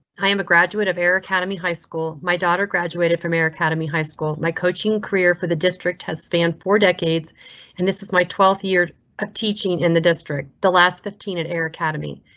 am a graduate of air academy high school. my daughter graduated from air academy high school. my coaching career for the district has spanned four decades and this is my twelfth year of teaching in the district. the last fifteen at air academy.